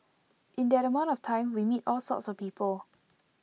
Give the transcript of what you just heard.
in that amount of time we meet all sorts of people